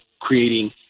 creating